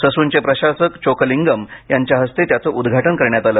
ससूनचे प्रशासक चोकलिंगम यांच्या हस्ते त्याचे उदघाटन करण्यात आले